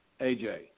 AJ